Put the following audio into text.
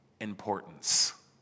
importance